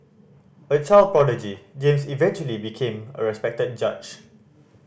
a child prodigy James eventually became a respected judge